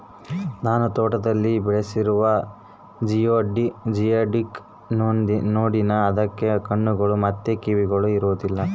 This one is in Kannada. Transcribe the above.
ನಾನು ತೊಟ್ಟಿಯಲ್ಲಿ ಬೆಳೆಸ್ತಿರುವ ಜಿಯೋಡುಕ್ ನೋಡಿನಿ, ಅದಕ್ಕ ಕಣ್ಣುಗಳು ಮತ್ತೆ ಕಿವಿಗಳು ಇರೊದಿಲ್ಲ